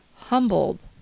humbled